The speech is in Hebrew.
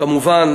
כמובן,